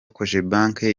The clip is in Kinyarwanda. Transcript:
cogebanque